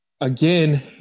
again